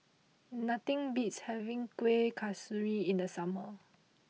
nothing beats having Kuih Kasturi in the summer